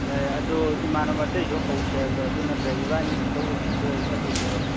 ꯌꯥꯏ ꯑꯗꯣ ꯏꯃꯥꯅꯕ ꯑꯇꯩꯁꯨ ꯍꯧꯁꯦ ꯍꯥꯏꯕ꯭ꯔꯣ ꯑꯗꯨ ꯅꯠꯇ꯭ꯔ ꯏꯕꯥꯅꯤ ꯈꯛꯇ ꯑꯣꯏꯅ ꯀꯣꯏꯕ ꯆꯠꯂꯨꯁꯦ ꯍꯥꯏꯔꯣ